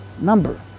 number